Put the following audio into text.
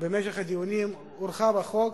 שבמשך הדיונים הורחב החוק,